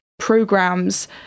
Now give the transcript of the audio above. programs